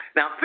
Now